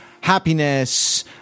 happiness